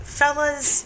fellas